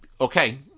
okay